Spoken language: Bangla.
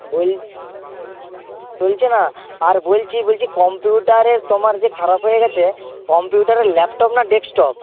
বোল চলছে না আর বলছি বলছি কম্পিউটারের তোমার যে খারাপ হয়ে গেছে কম্পিউটারের ল্যাপটপ না ডেক্সটপ